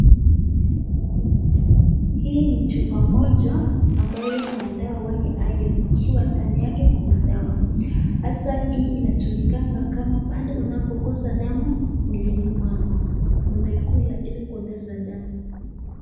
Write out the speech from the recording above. Hii ni chupa moja ambayo ni ya dawa ya iron , ikiwa ndani yake kuna dawa hasa hii inatumikanga kama pale unapokosa damu mwilini mwako. Unaikula ili kuongeza damu.